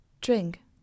Drink